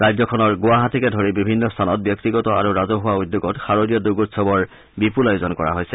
ৰাজ্যখনৰ গুৱাহাটীকে ধৰি বিভিন্ন স্থানত ব্যক্তিগত আৰু ৰাজহুৱা উদ্যোগত শাৰদীয় দুৰ্গোৎসৱৰ বিপুল আয়োজন কৰা হৈছে